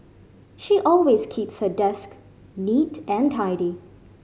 she always keeps her desk neat and tidy